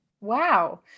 Wow